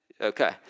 Okay